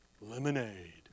lemonade